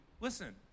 listen